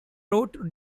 wrote